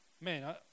man